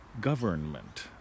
government